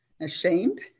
ashamed